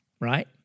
right